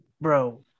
Bro